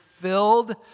filled